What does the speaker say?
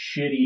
shitty